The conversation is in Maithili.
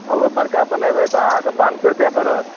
अगर बड़का बनेबै तऽ अहाँके पाँच सए रुपैआ पड़त